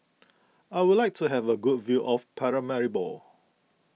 I would like to have a good view of Paramaribo